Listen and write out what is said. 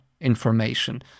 information